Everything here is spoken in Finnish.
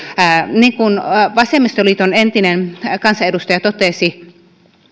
niin kuin vasemmistoliiton entinen kansanedustaja totesi